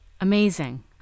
Amazing